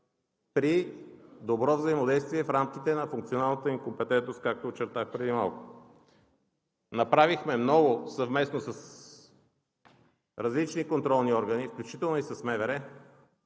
при добро взаимодействие в рамките на функционалната им компетентност, както очертах преди малко. Направихме много, съвместно с различни контролни органи, включително и с МВР,